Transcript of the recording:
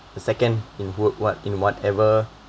the second in worldwide in whatever